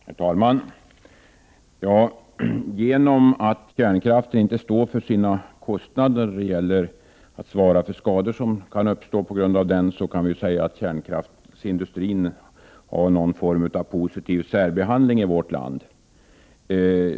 Herr talman! På grund av att kärnkraftsindustrin inte står för sina kostnader när det gäller att svara för skador som kan uppstå, kan man säga att kärnkraftsindustrin får någon form av positiv särbehandling i vårt land.